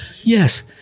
yes